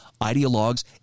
ideologues